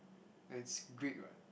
it's Greek [what]